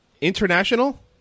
international